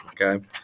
Okay